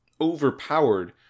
overpowered